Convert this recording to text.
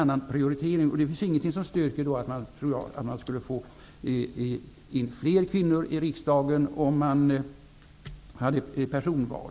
Jag tror inte det finns någonting som styrker att man skulle få in fler kvinnor i riksdagen om man hade personval.